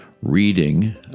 reading